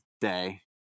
day